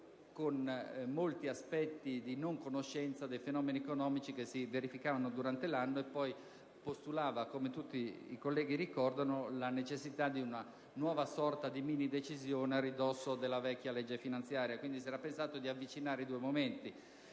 molti aspetti dei fenomeni economici che si verificavano durante l'anno, e poi postulava - come tutti i senatori ricordano - la necessità di una nuova sorta di minidecisione a ridosso della vecchia legge finanziaria. Si è pensato, pertanto, di avvicinare i due momenti.